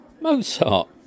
Mozart